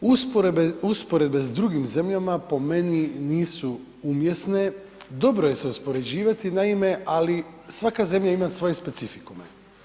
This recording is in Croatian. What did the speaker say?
Usporedbe s drugim zemljama po meni nisu umjesne, dobro je se uspoređivati, naime, ali svaka zemlja ima svoje specifikume.